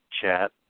chat